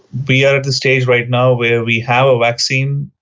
we are at the stage right now where we have a vaccine,